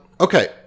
Okay